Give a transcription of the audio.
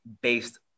based